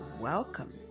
welcome